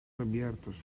abiertos